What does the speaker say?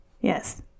Yes